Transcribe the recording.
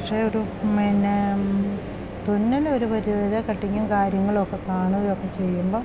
പക്ഷേ ഒരു മിന്നെ തുന്നൽ ഒരു പരിധി വരെ കട്ടിങ്ങും കാര്യങ്ങൾ ഒക്കെ കാണുക ഒക്കെ ചെയ്യുമ്പോൾ